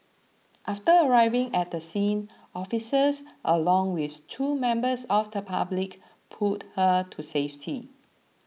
after arriving at the scene officers along with two members of the public pulled her to safety